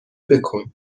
بـکـن